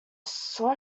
saw